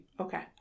Okay